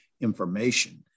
information